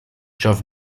geoff